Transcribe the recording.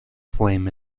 flame